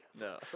No